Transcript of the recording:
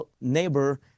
neighbor